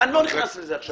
אני לא נכנס לזה עכשיו.